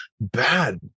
bad